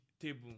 table